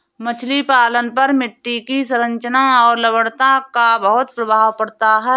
मछली पालन पर मिट्टी की संरचना और लवणता का बहुत प्रभाव पड़ता है